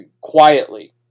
quietly